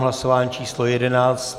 Hlasování číslo 11.